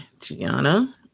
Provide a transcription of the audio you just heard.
Gianna